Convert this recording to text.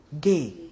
Gay